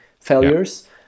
failures